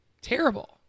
terrible